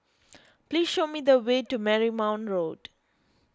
please show me the way to Marymount Road